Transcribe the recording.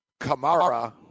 Kamara